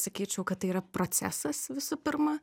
sakyčiau kad tai yra procesas visų pirma